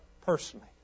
personally